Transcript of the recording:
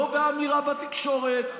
לא באמירה בתקשורת,